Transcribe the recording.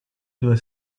due